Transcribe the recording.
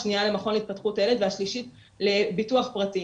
השנייה להתפתחות הילד והשלישית לביטוח פרטי.